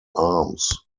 arms